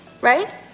Right